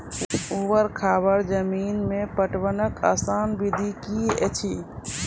ऊवर खाबड़ जमीन मे पटवनक आसान विधि की ऐछि?